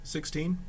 Sixteen